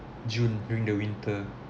june during the winter